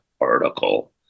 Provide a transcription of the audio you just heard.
article